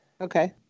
Okay